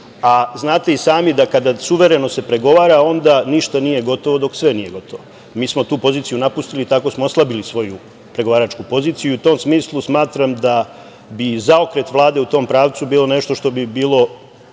a znate i sami da kada suvereno se pregovara, onda ništa nije gotovo dok sve nije gotovo. Mi smo tu poziciju napustili i tako smo oslabili svoju pregovaračku poziciju i u tom smislu smatram da bi zaokret Vlade u tom pravcu bilo nešto što bi bilo